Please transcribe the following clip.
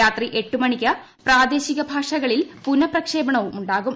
രാത്രി എട്ടു മണിക്ക് പ്രാദേശിക ഭാഷകളിൽ പുനപ്രക്ഷേപണവും ഉണ്ടാകും